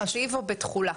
בתקציב או בתכולה?